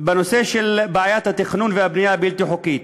בנושא של בעיית התכנון והבנייה הבלתי-חוקית,